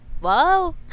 wow